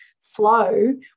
flow